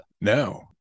no